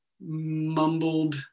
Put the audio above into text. mumbled